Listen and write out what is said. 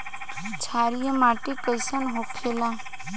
क्षारीय मिट्टी कइसन होखेला?